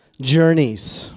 journeys